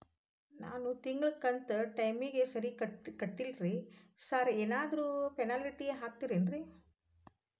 ನಾನು ತಿಂಗ್ಳ ಕಂತ್ ಟೈಮಿಗ್ ಸರಿಗೆ ಕಟ್ಟಿಲ್ರಿ ಸಾರ್ ಏನಾದ್ರು ಪೆನಾಲ್ಟಿ ಹಾಕ್ತಿರೆನ್ರಿ?